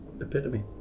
epitome